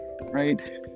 right